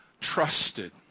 trusted